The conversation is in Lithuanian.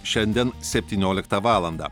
šiandien septynioliktą valandą